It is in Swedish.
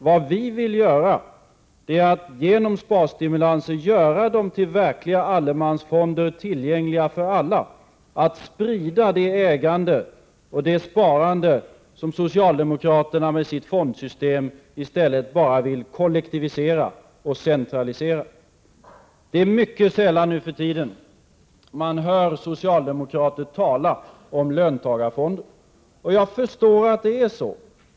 Vad vi vill är att genom sparstimulanser göra fonderna till verkliga allemansfonder, tillgängliga för alla, sprida det ägande och sparande som socialdemokraterna med sitt fondsystem i stället bara vill kollektivisera och centralisera. Det är mycket sällan nu för tiden man hör socialdemokrater tala om löntagarfonder. Jag förstår att det är så.